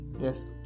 Yes